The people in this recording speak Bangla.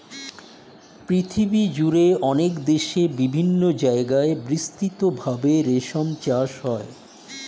পৃথিবীজুড়ে অনেক দেশে বিভিন্ন জায়গায় বিস্তৃত ভাবে রেশম চাষ হয়